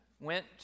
went